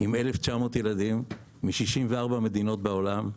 עם 1,900 ילדים, מ-64 מדינות בעולם.